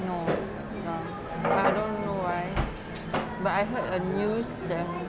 no ya I don't know why but I heard uh news yang